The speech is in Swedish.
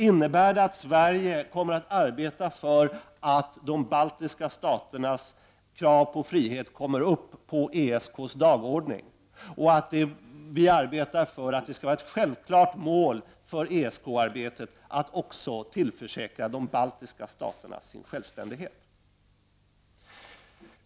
Innebär det att Sverige kommer att arbeta för att de baltiska staternas krav på frihet kommer upp på ESKs dagordning och att Sverige kommer att arbeta för att det skall vara ett självklart mål för ESK-arbetet att också tillförsäkra de baltiska staterna självständighet?